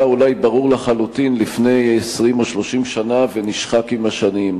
אולי ברור לחלוטין לפני 20 או 30 שנה ונשחק עם השנים: